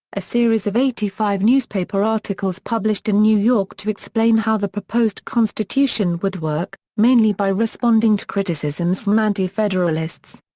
a series of eighty five newspaper articles published in new york to explain how the proposed constitution would work, mainly by responding to criticisms from anti-federalists.